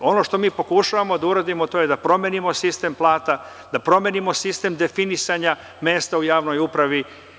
Ono što pokušavamo da uradimo je da promenimo sistem plata, da promenimo sistem definisanja mesta u javnoj upravi.